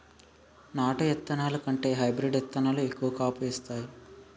నాటు ఇత్తనాల కంటే హైబ్రీడ్ ఇత్తనాలు ఎక్కువ కాపు ఇత్తాయి